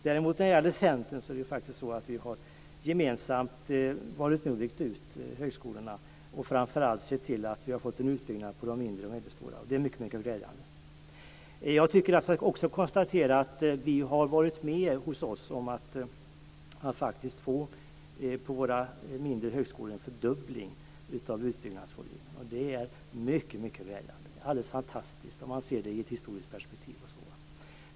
När det gäller Centern är det däremot så att vi gemensamt har varit med och byggt ut högskolorna. Framför allt har vi sett till att vi har fått en utbyggnad av de mindre och medelstora. Det är mycket glädjande. Jag kan också konstatera att vi har varit med om att på våra mindre högskolor faktiskt få en fördubbling av utbyggnadsvolymen. Och det är mycket glädjande. Det är alldeles fantastiskt om man ser det i ett historiskt perspektiv.